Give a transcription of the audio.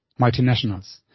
multinationals